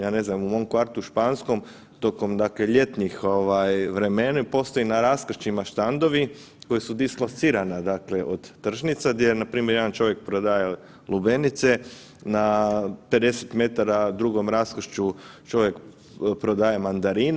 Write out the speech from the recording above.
Ja ne znam, u mom kvartu Španskom tokom, dakle ljetnih ovaj vremena postoje na raskršćima štandovi koji su dislocirana, dakle od tržnica, gdje je npr. jedan čovjek prodaje lubenice, na 50 metara drugom raskršću čovjek prodaje mandarine.